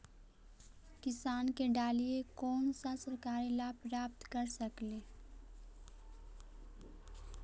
किसान के डालीय कोन सा सरकरी लाभ प्राप्त कर सकली?